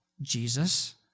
Jesus